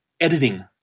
editing